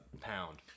pound